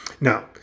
now